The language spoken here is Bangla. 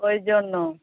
ওই জন্য